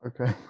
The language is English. okay